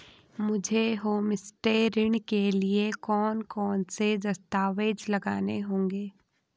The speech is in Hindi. मुझे होमस्टे ऋण के लिए कौन कौनसे दस्तावेज़ लगाने होंगे?